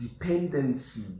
dependency